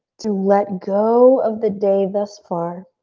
to let go of the day thus far.